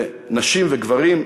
נשים וגברים.